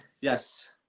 Yes